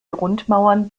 grundmauern